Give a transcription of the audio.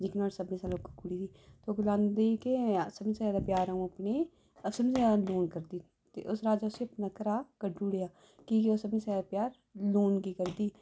जेह्की नुहाड़ी सभनें शा लौह्की कुड़ी ही ओह् गलांदी कि सब तू ज्यादा प्यार अपने समझी लै लून कन्नै करदी ते उस राजा ने उसी अपने घरै कड्ढी ओड़ेआ कि के ओह् सब तू ज्यादा प्यार लून गी करदी